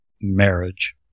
marriage